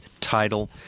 title